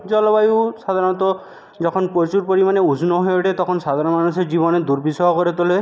জলবায়ু সাধারণত যখন প্রচুর পরিমাণে উষ্ণ হয়ে ওঠে তখন সাধারণ মানুষের জীবনে দুর্বিষহ করে তোলে